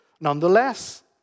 nonetheless